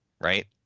Right